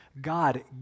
God